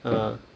ah